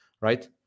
right